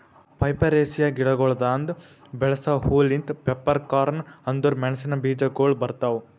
ಪೈಪರೇಸಿಯೆ ಗಿಡಗೊಳ್ದಾಂದು ಬೆಳಸ ಹೂ ಲಿಂತ್ ಪೆಪ್ಪರ್ಕಾರ್ನ್ ಅಂದುರ್ ಮೆಣಸಿನ ಬೀಜಗೊಳ್ ಬರ್ತಾವ್